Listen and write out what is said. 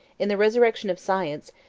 in the resurrection of science,